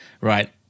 right